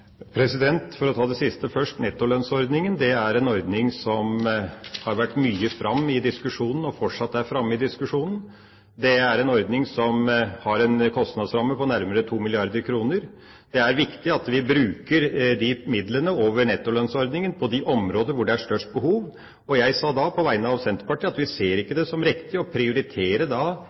en ordning som har vært mye framme i diskusjonen, og fortsatt er framme i diskusjonen. Det er en ordning som har en kostnadsramme på nærmere 2 mrd. kr. Det er viktig at vi bruker midlene over nettolønnsordninga på de områder hvor det er størst behov, og jeg sa da på vegne av Senterpartiet at vi ikke ser det som riktig å prioritere